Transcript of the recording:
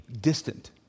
distant